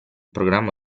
programma